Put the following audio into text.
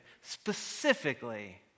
specifically